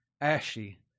ashy